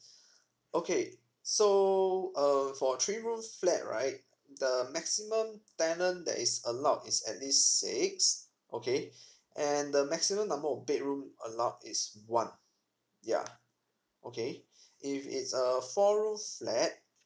okay so uh for three room flat right the maximum tenant that is allowed is at least six okay and the maximum number of bedroom allowed is one yeah okay if it's a four room flat